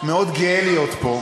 מאוד גאה להיות פה.